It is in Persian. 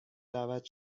دعوت